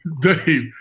Dave